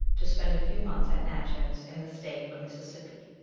to spend a few months at natchez in the state of mississippi.